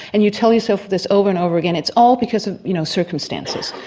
and you tell yourself this over and over again, it's all because of you know circumstances.